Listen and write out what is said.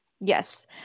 Yes